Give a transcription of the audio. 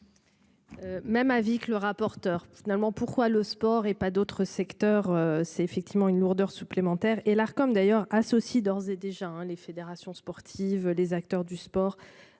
Même avis que le rapporteur finalement pourquoi le sport et pas d'autres secteurs. C'est effectivement une lourdeur supplémentaire et l'comme d'ailleurs associe d'ores et déjà les fédérations sportives, les acteurs du sport.